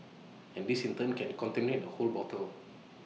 and this in turn can contaminate the whole bottle